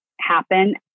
happen